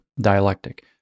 dialectic